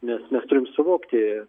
nes mes turim suvokti